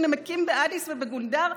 שנמקים באדיס ובגונדר,